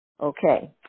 Okay